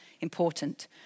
important